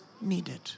needed